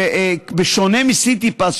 שבשונה מסיטיפס,